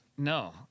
No